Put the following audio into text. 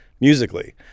musically